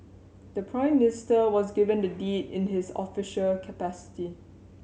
the Prime Minister was given the deed in his official capacity